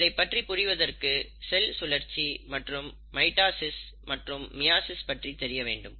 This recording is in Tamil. இதைப்பற்றி புரிவதற்கு செல் சுழற்சி மற்றும் மைட்டாசிஸ் மற்றும் மியாசிஸ் பற்றி தெரிய வேண்டும்